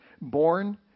born